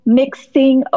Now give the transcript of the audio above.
mixing